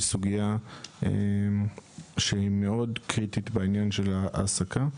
סוגייה שהיא מאוד קריטית בעניין ההעסקה: